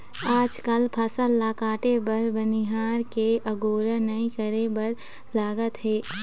आजकाल फसल ल काटे बर बनिहार के अगोरा नइ करे बर लागत हे